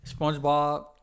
SpongeBob